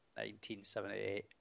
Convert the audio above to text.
1978